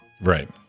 Right